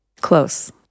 Close